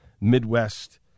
Midwest